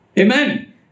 Amen